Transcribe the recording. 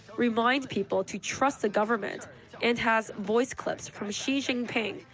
remind people to trust the government and has voice clips from xi jinping,